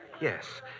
Yes